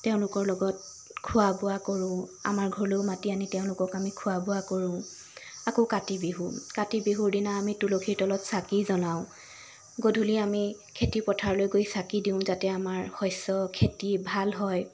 তেওঁলোকৰ লগত খোৱা বোৱা কৰোঁ আমাৰ ঘৰলৈও মাতি আনি তেওঁলোকক আমি খোৱা বোৱা কৰোঁ আকৌ কাতি বিহু কাতি বিহুৰ দিনা আমি তুলসীৰ তলত চাকি জ্বলাওঁ গধূলি আমি খেতিপথাৰলৈ গৈ চাকি দিওঁ যাতে আমাৰ শস্য খেতি ভাল হয়